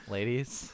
Ladies